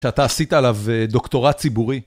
שאתה עשית עליו דוקטורט ציבורי.